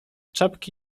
czapki